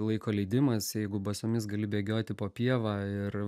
laiko leidimas jeigu basomis gali bėgioti po pievą ir